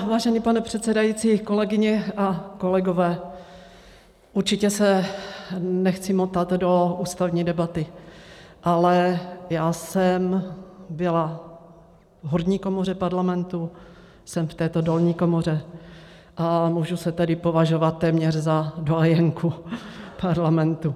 Vážený pane předsedající, kolegyně, kolegové, určitě se nechci motat do ústavní debaty, ale já jsem byla v horní komoře Parlamentu, jsem v této dolní komoře, a můžu se tedy považovat téměř za doyenku Parlamentu.